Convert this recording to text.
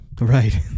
Right